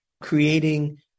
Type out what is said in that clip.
Creating